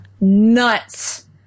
nuts